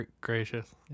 gracious